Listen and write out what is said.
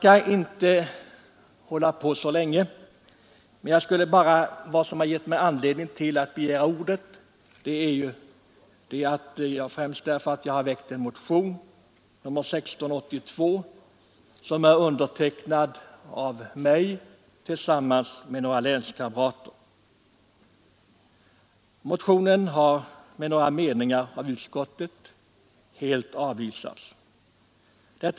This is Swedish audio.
Att jag har begärt ordet beror främst på att jag tillsammans med några länskamrater har väckt en motion, nr 1682. Utskottet har med några meningar helt avvisat motionen.